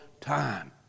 time